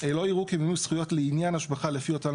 " לא יראו כמימוש זכויות לעניין השבחה לפי אותן